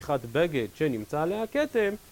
חתיכת בגד שנמצא עליה כתם